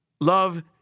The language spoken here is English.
Love